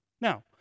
Now